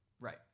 Right